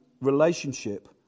relationship